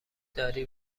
داری